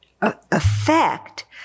effect